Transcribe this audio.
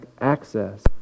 access